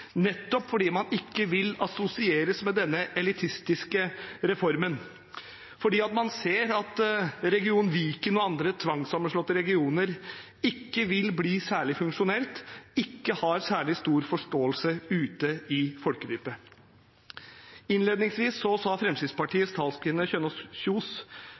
nettopp fordi de ikke vil assosieres med denne elitistiske reformen, fordi man ser at region Viken og andre tvangssammenslåtte regioner ikke vil bli særlig funksjonelle og ikke har særlig stor forståelse ute i folkedypet. Innledningsvis sa Fremskrittspartiets talskvinne Kjønaas Kjos